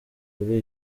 kuri